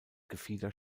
gefieder